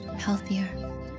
healthier